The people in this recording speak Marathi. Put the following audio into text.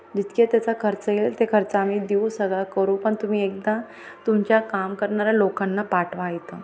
जितके त्याचा खर्च येईल ते खर्च आम्ही देऊ सगळं करू पण तुम्ही एकदा तुमच्या काम करणाऱ्या लोकांना पाठवा इथं